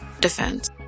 defense